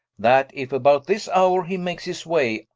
that if about this houre he make this way,